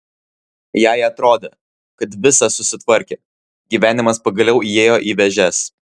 jai atrodė kad visa susitvarkė gyvenimas pagaliau įėjo į vėžes